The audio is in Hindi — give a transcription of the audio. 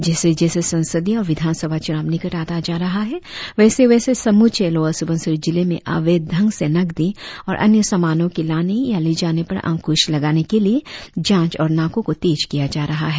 जैसे जैसे संसदीय और विधान सभा चुनाव निकट आता जा रहा है वैसे वैसे समुचे लोअर सुबनसिरी जिले में अवैध दंग से नकदी और अन्य समानों के लाने या ले जाने पर अंकूश लगाने के लिए जांच और नाकों को तेज किया जा रहा है